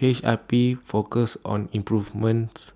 H I P focuses on improvements